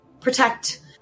protect